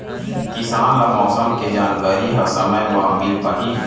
किसान ल मौसम के जानकारी ह समय म मिल पाही?